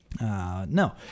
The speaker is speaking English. No